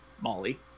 Molly